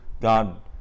God